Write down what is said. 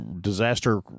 disaster